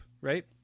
right